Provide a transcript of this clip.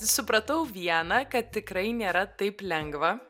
supratau viena kad tikrai nėra taip lengva